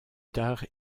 tard